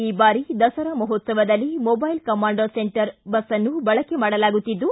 ಈ ಬಾರಿ ದಸರಾ ಮಹೋತ್ಸವದಲ್ಲಿ ಮೊಬೈಲ್ ಕಮಾಂಡ್ ಸೆಂಟರ್ ಬಸ್ ಅನ್ನು ಬಳಕೆ ಮಾಡಲಾಗುತ್ತಿದ್ದು